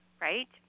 right